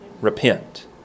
Repent